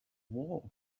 war